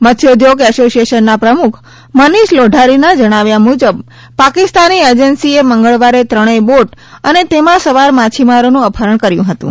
મત્સ્યોદ્યોગ એસોસિએશનના પ્રમુખ મનીષ લોઢારીના જણાવ્યા મુજબ પાકિસ્તાની એજન્સીએ મંગળવારે ત્રણેય બોટ અને તેમાં સવાર માછીમારોનું અપહરણ કર્યું હતું